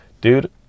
dude